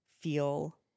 feel